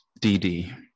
DD